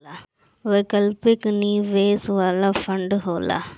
वैकल्पिक निवेश वाला फंड होला